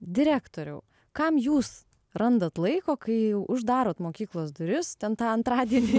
direktoriau kam jūs randat laiko kai uždarot mokyklos duris ten tą antradienį